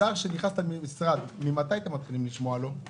שר שנכנס למשרד, ממתי אתם מתחילים לשמוע לו?